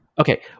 Okay